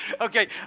okay